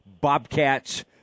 Bobcats